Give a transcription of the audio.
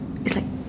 it's like